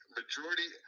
majority